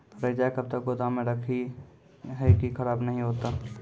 रईचा कब तक गोदाम मे रखी है की खराब नहीं होता?